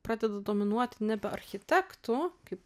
pradeda dominuoti nebe architektų kaip